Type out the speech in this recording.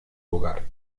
lugar